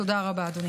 תודה רבה, אדוני.